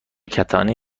کتانی